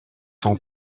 son